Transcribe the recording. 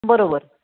बरोबर